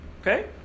Okay